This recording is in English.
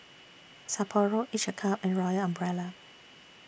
Sapporo Each A Cup and Royal Umbrella